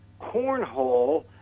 cornhole